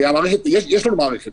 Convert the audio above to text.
יש לנו מערכת,